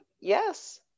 Yes